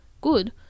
good